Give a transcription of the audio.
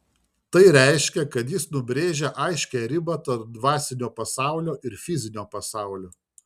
tai reiškia kad jis nubrėžia aiškią ribą tarp dvasinio pasaulio ir fizinio pasaulio